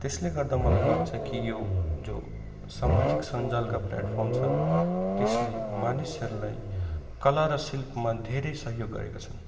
त्यसले गर्दा मलाई लाग्छ कि यो जो सामाजिक सञ्जालका प्ल्याटफर्म छ त्यसले मानिसहरूलाई कला र शिल्पमा धेरै सहयोग गरेका छन्